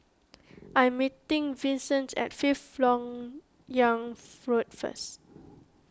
I'm meeting Vicente at Fifth Lok Yang Food first